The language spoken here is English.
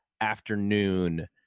afternoon